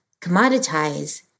commoditize